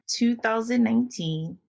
2019